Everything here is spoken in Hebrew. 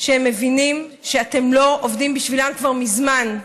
שהם מבינים שאתם לא עובדים בשבילם כבר מזמן.